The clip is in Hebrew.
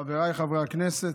חבריי חברי הכנסת,